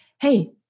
Hey